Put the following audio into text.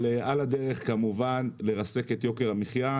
על הדרך כמובן לרסק את יוקר המחייה,